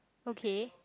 okay